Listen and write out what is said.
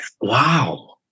wow